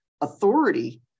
authority